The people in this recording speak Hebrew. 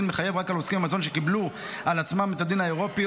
מחייב רק על עוסקים במזון שקיבלו על עצמם את הדין האירופאי,